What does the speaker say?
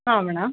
ಹಾಂ ಮೇಡಮ್